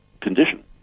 condition